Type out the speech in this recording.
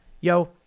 Yo